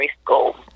school